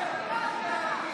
בבקשה.